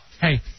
Hey